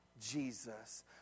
Jesus